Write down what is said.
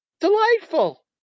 Delightful